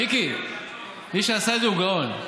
מיקי, מי שעשה את זה הוא גאון,